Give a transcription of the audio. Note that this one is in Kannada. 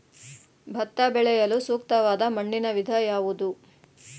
ಭತ್ತ ಬೆಳೆಯಲು ಸೂಕ್ತವಾದ ಮಣ್ಣಿನ ವಿಧ ಯಾವುದು?